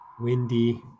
windy